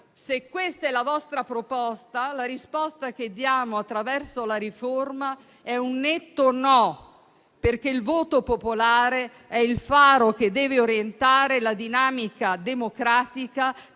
Se questa è la vostra proposta, la risposta che diamo attraverso la riforma è un netto no, perché il voto popolare è il faro che deve orientare la dinamica democratica,